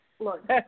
Look